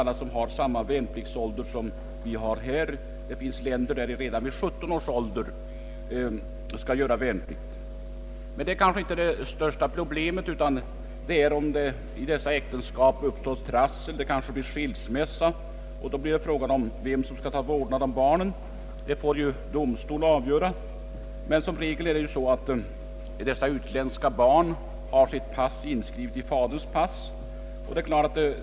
Alla länder har inte samma värnpliktsålder som Sverige; i vissa länder inträder värnplikt redan vid 17 års ålder. Detta är dock inte det största problemet, utan det är om trassel uppstår i äktenskapet så att skilsmässa blir följden. Då blir det fråga om vem som skall få vårdnaden om barnen. Detta avgörs av domstol, men som regel är dessa utländska barn inskrivna i fa derns pass.